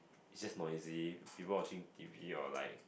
is just noisy people watching T_V or like